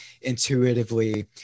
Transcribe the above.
intuitively